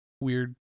weird